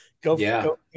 go